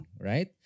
Right